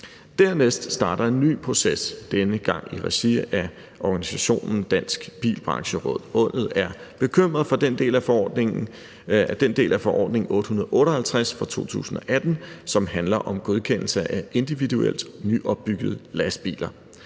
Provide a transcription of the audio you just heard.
Dernæst starter en ny proces, denne gang i regi af organisationen Dansk Bilbrancheråd. Rådet er bekymret for den del af forordning nr. 858 fra 2018, som handler om godkendelse af individuelt nyopbyggede lastbiler,